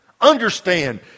Understand